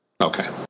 Okay